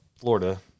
Florida